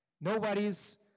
Nobody's